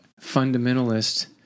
fundamentalist